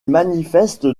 manifeste